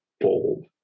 bold